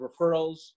referrals